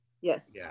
Yes